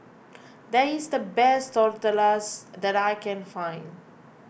that is the best Tortillas that I can find